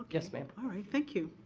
yes ma'am. all right, thank you.